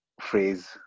phrase